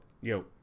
Yo